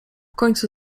końcu